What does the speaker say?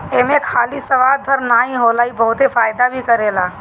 एमे खाली स्वाद भर नाइ होला इ बहुते फायदा भी करेला